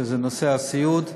שזה נושא הסיעוד.